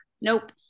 nope